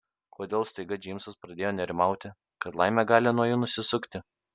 kodėl staiga džeimsas pradėjo nerimauti kad laimė gali nuo jų nusisukti